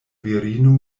virino